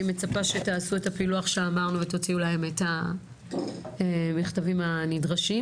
אני מצפה שתעשו את הפילוח שאמרנו ותוציאו להם את המכתבים הנדרשים,